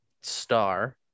star